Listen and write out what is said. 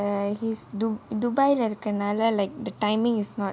err he's he's do dubai leh இருக்குனாலே:irukkunaalae like the timing is not